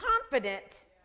confident